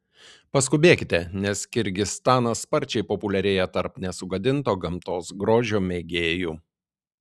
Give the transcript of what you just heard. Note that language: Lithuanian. paskubėkite nes kirgizstanas sparčiai populiarėja tarp nesugadinto gamtos grožio mėgėjų